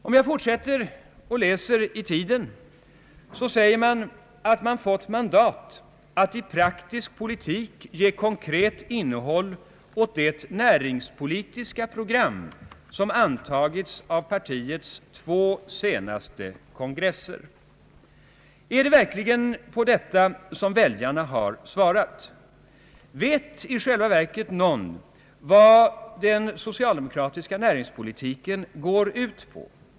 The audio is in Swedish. Om jag fortsätter att läsa i Tiden finner jag att där säger man att man fått mandat att i praktisk politik ge konkret innehåll åt det näringspolitiska program som antagits av partiets två senaste kongresser. Är det verkligen på detta som väljarna har svarat? Vet i själva verket någon vad den socialdemokratiska nä Allmänpolitisk debatt ringspolitiken går ut på?